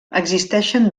existeixen